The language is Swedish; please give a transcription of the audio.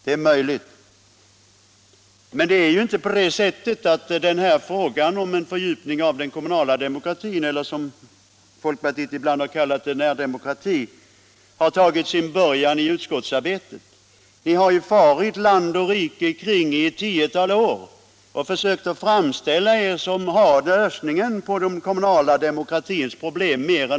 Det är möjligt, men det är ju inte heller så att frågan om en fördjupning av den kommunala demokratin — eller, som folkpartiet ibland har kallat den, närdemokratin — har tagit sin början i utskottsarbetet. Folkpartiet har ju farit land och rike kring under ett tiotal år och försökt framställa sig som de som mer än några andra har lösningen på den kommunala demokratins problem.